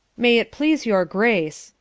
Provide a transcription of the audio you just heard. may it please your grace